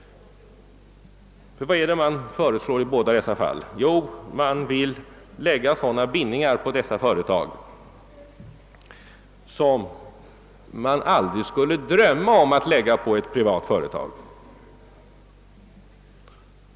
Vad är det man föreslår i båda dessa fall? Jo, man vill lägga sådana bindningar på dessa företag som man aldrig skulle drömma om att belasta ett privat företag med.